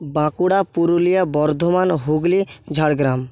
Bankura Purulia Bardhaman Hooghly Jhargram